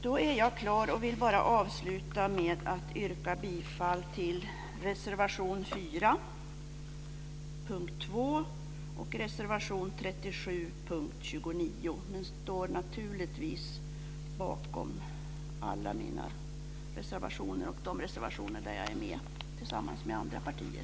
Då är jag klar och vill bara avsluta med att yrka bifall till reservation 4 under punkt 2 och reservation 37 under punkt 29. Men jag står naturligtvis bakom alla mina reservationer och de reservationer som jag är med på tillsammans med andra partier.